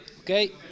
Okay